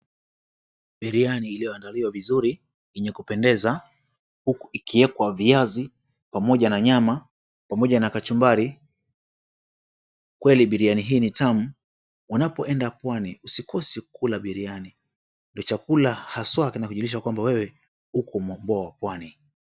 Biriani iliyoandaliwa vizuri yenye kupendeza huku ikiekwa viazi, pamoja na nyama, pamoja na kachumbari. Kweli biriani hii ni tamu. Unapoenda pwani usikose kula biriani. Ndio chakula haswa kuinachokujulisha kwamba wewe uko mombwa wa pwani.